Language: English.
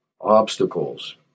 obstacles